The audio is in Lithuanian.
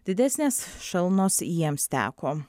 didesnės šalnos jiems teko